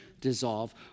dissolve